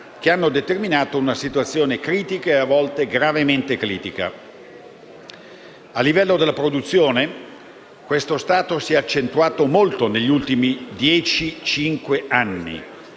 che hanno determinato una situazione critica e, a volte, gravemente critica. A livello della produzione questo stato si è accentuato soprattutto negli ultimi cinque-dieci